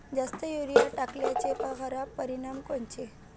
जास्त युरीया टाकल्याचे खराब परिनाम कोनचे?